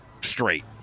straight